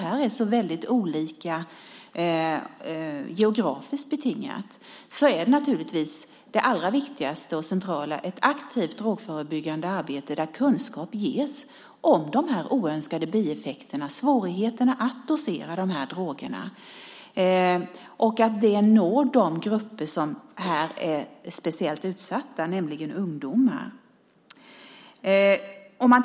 Eftersom det är så väldigt olika geografiskt betingat är naturligtvis det allra viktigaste och centrala ett aktivt drogförebyggande arbete, där kunskap ges om de oönskade bieffekterna och svårigheterna att dosera drogerna, och att det når de grupper som är speciellt utsatta, nämligen ungdomar.